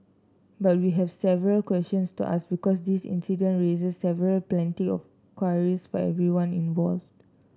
but we have several questions to ask because this incident raises several plenty of queries for everyone involved